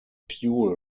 fuel